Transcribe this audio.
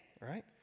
right